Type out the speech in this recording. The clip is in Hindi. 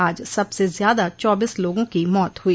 आज सबसे ज्यादा चौबीस लोगों की मौत हुई